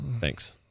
Thanks